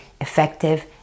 effective